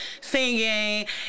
singing